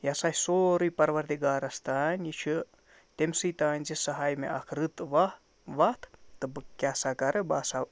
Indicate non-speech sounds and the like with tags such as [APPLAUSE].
یہِ ہسا چھِ سورٕے پروَردِگارَس تام یہِ چھُ تٔمۍسٕے تام زِ سُہ ہایہِ مےٚ اَکھ رٔت [UNINTELLIGIBLE] وَتھ تہٕ بہٕ کیٛاہ سا کَرٕ بہٕ ہسا